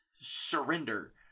Surrender